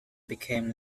became